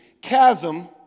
chasm